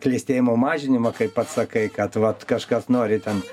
klestėjimo mažinimą kaip pats sakai kad vat kažkas nori ten